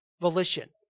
volition